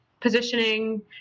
positioning